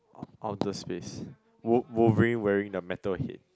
out~ outer space wolve~ Wolverine wearing the metal head